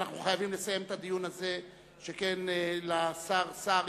אנחנו חייבים לסיים את הדיון הזה שכן לשר סער